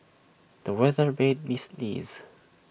the weather made me sneeze